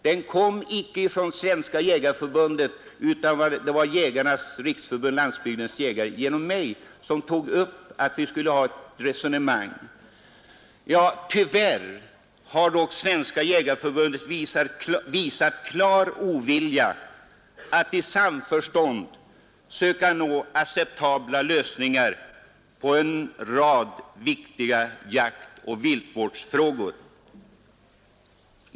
Den kom icke från Svenska jägareförbundet, utan det var Jägarnas riksförbund-Landsbygdens jägare som genom mig föreslog att vi skulle ha ett resonemang. Tyvärr har dock Svenska jägareförbundet visat klar ovilja att i samförstånd söka nå acceptabla lösningar på en rad viktiga jaktoch viltvårdsfrågor.